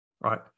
right